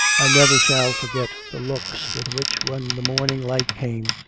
i never shall forget the looks with which, when the morning light came,